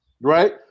Right